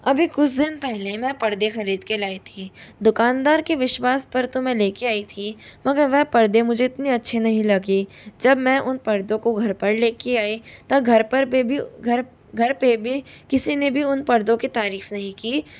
अभी कुछ दिन पहले मैं पर्दे खरीद के लाई थी दुकानदार के विश्वास पर तो मैं लेकर आई थी मगर वह पर्दे मुझे इतने अच्छे नहीं लगे जब मैं उन पर्दों को घर पर लेकर आई तो घर पर पे भी घर घर पे भी किसी ने भी उन पर्दों की तारीफ नहीं की